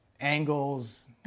angles